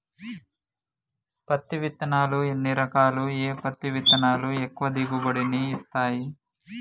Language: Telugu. పత్తి విత్తనాలు ఎన్ని రకాలు, ఏ పత్తి విత్తనాలు ఎక్కువ దిగుమతి ని ఇస్తాయి?